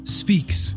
speaks